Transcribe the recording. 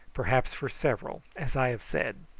perhaps for several, as i have said.